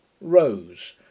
rose